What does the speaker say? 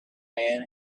man